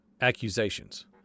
accusations